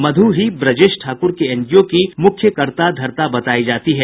मधु ही ब्रजेश ठाकुर के एनजीओ की मुख्य कर्ताधर्ता बतायी जाती है